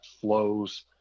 flows